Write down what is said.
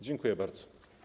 Dziękuję bardzo.